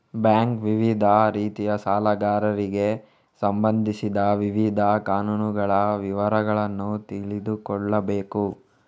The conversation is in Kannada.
ಬ್ಯಾಂಕರ್ ವಿವಿಧ ರೀತಿಯ ಸಾಲಗಾರರಿಗೆ ಸಂಬಂಧಿಸಿದ ವಿವಿಧ ಕಾನೂನುಗಳ ವಿವರಗಳನ್ನು ತಿಳಿದುಕೊಳ್ಳಬೇಕು